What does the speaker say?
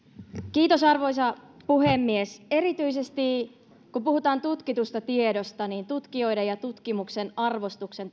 arvoisa puhemies erityisesti kun puhutaan tutkitusta tiedosta tutkijoiden ja tutkimuksen arvostuksen